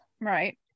right